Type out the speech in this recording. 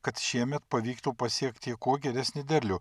kad šiemet pavyktų pasiekti kuo geresnį derlių